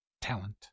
talent